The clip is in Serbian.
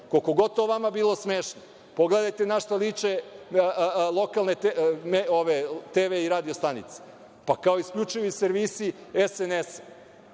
koliko god to vama bilo smešno. Pogledajte na šta liče lokalne TV i rado stanice, kao isključivi servisi SNS